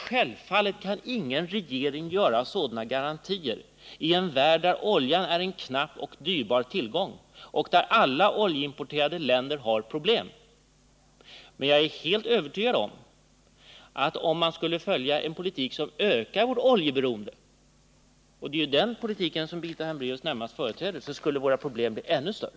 Självfallet kan ingen regering lämna sådana garantier i en värld där oljan är en knapp och dyrbar tillgång och där alla oljeimporterande länder har problem, men jag är helt övertygad om att om man skulle föra en politik som ökar vårt oljeberoende — och det är ju den politiken som Birgitta Hambraeus närmast företräder — skulle våra problem bli ännu större.